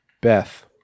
Beth